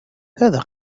هذا